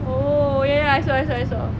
oh ya ya ya I saw I saw I saw